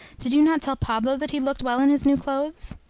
did you not tell pablo that he looked well in his new clothes?